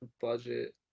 budget